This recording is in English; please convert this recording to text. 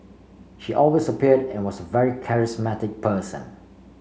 she always appeared and was very charismatic person